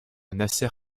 nasr